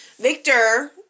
Victor